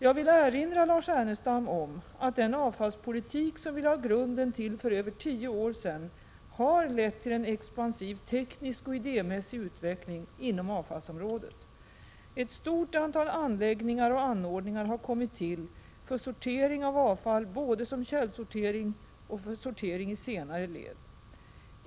Jag vill erinra Lars Ernestam om att den avfallspolitik som vi lade grunden till för över tio år sedan har lett till en expansiv teknisk och idémässig utveckling inom avfallsområdet. Ett stort antal anläggningar och anordningar har kommit till för sortering av avfall både som källsortering och för sortering i senare led.